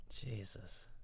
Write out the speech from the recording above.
Jesus